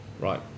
Right